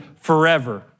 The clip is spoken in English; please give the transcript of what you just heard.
forever